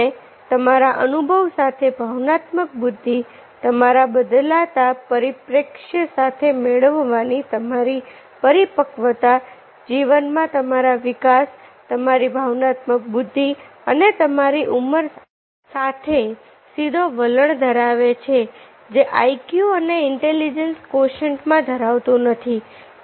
અને તમારા અનુભવ સાથે ભાવનાત્મક બુદ્ધિ તમારા બદલાતા પરિપ્રેક્ષ્ય સાથેમેળવવાની તમારી પરિપક્વતા જીવનમાં તમારા વિકાસ તમારી ભાવનાત્મક બુદ્ધિ અને તમારી ઉંમર સાથે સીધો વલણ ધરાવે છે જે આઈક્યુ અને ઈન્ટેલિજન્સ કોશેન્ટ માં ધરાવતું નથી